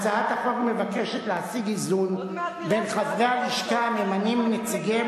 הצעת החוק מבקשת להשיג איזון בין חברי הלשכה הממנים את נציגיהם